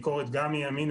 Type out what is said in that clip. למרות ההתראה המאוד ספציפית,